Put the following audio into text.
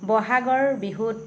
ব'হাগৰ বিহুত